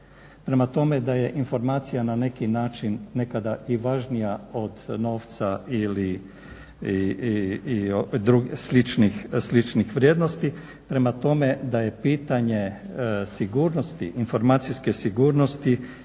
Prema tome, da je informacija na neki način nekada i važnija od novca ili sličnih vrijednosti. Prema tome, da je pitanje sigurnosti, informacijske sigurnosti